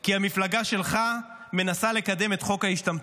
כי המפלגה שלך מנסה לקדם את חוק ההשתמטות.